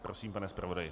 Prosím, pane zpravodaji.